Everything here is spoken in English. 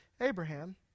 Abraham